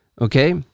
Okay